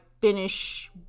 finish